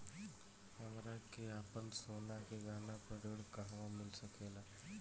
हमरा के आपन सोना के गहना पर ऋण कहवा मिल सकेला?